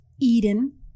Eden